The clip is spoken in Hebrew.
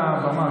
מהבמה,